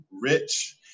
Rich